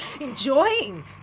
enjoying